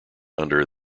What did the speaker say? under